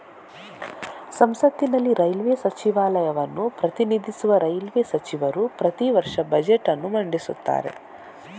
ಸಂಸತ್ತಿನಲ್ಲಿ ರೈಲ್ವೇ ಸಚಿವಾಲಯವನ್ನು ಪ್ರತಿನಿಧಿಸುವ ರೈಲ್ವೇ ಸಚಿವರು ಪ್ರತಿ ವರ್ಷ ಬಜೆಟ್ ಅನ್ನು ಮಂಡಿಸುತ್ತಾರೆ